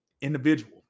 individual